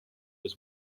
was